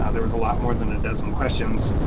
ah there was a lot more than a dozen questions,